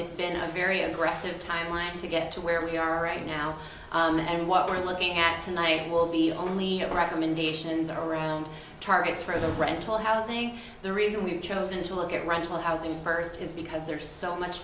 it's been a very aggressive timeline to get to where we are right now and what we're looking at and i will be only have recommendations around targets for the rental housing the reason we've chosen to look at rental housing first is because there's so much